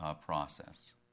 process